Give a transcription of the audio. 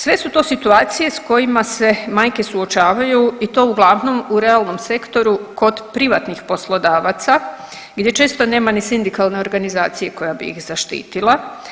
Sve su to situacije s kojima se majke suočavaju i to uglavnom u realnom sektoru kod privatnih poslodavaca gdje često nema ni sindikalne organizacije koja bi ih zaštitila.